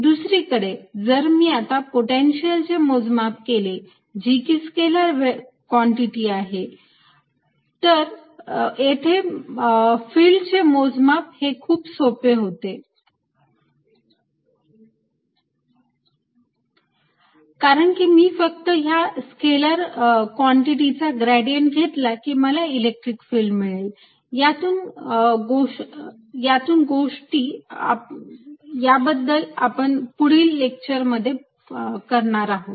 दुसरीकडे जर मी आता पोटेन्शियल चे मोजमाप केले जी की स्केलर कॉन्टिटी आहे तर येथे इलेक्ट्रिक फिल्ड चे मोजमाप हे खूप सोपे होते कारण की मी फक्त या स्केलर कॉन्टिटीचा ग्रेडियंट घेतला की मला इलेक्ट्रिक फिल्ड मिळेल या दोन गोष्टी आपण पुढील लेक्चर मध्ये करणार आहोत